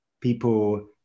people